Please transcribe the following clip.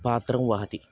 पात्रं वहति